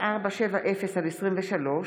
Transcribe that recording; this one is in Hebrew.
אלי אבידר,